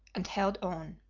and held on.